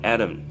Adam